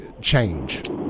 change